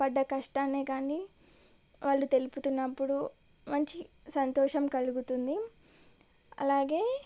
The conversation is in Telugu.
పడ్డ కష్టాన్ని కాని వాళ్ళు తెలుపుతున్నప్పుడు మంచి సంతోషం కలుగుతుంది అలాగే